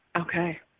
okay